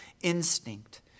instinct